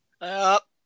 Up